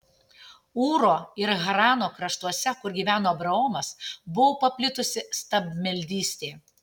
ūro ir harano kraštuose kur gyveno abraomas buvo paplitusi stabmeldystė